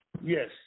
Yes